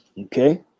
Okay